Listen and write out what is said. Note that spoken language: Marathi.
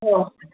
हो